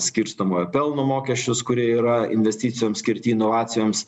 skirstomojo pelno mokesčius kurie yra investicijoms skirti inovacijoms